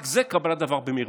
רק זה קבלת דבר במרמה.